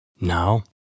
Now